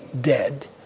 dead